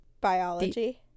biology